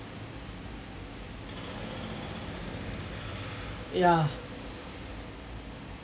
ya